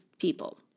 people